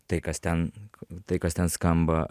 tai kas ten tai kas ten skamba